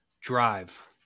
drive